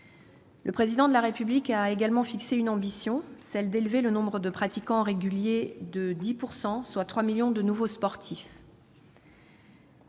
Le Président de la République a fixé également une ambition : élever le nombre de pratiquants réguliers de 10 %, soit 3 millions de nouveaux sportifs.